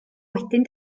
wedyn